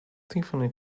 tiffany